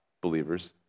believers